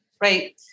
right